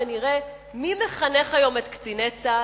ונראה מי מחנך היום את קציני צה"ל,